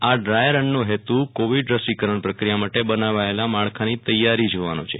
આ ડ્રાયરનનો હેત્ કોવિડ રસીકરણ પ્રક્રિયા માટે બનાવાયેલા માળખાની તૈયારી જોવાનો છે